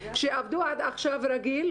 כשעבדו עד עכשיו רגיל,